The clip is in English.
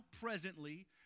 presently